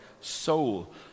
soul